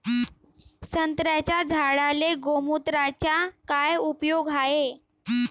संत्र्याच्या झाडांले गोमूत्राचा काय उपयोग हाये?